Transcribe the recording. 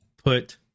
put